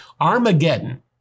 Armageddon